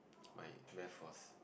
my math was